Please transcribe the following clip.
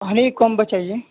ہمیں ایک کامبو چاہیے